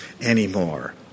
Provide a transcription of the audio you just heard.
anymore